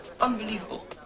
Unbelievable